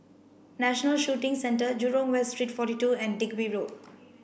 National Shooting Centre Jurong West Street forty two and Digby Road